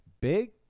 big